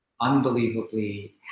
unbelievably